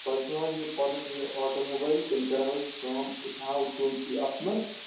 تۄہہِ چھُوا حظ یہِ پنُن یہِ آٹو موبایل تیٚلہِ کرہو أسۍ کٲم أسۍ انٕہاو تُہندسٕے اَتھ منٛز